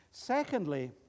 Secondly